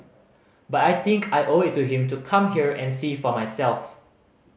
but I think I owe it to him to come here and see for myself